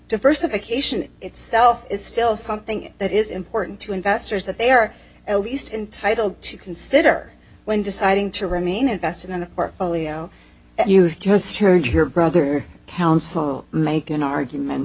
diversification itself is still something that is important to investors that they are at least entitle to consider when deciding to remain invested in the work that you just heard your brother counsel make an argument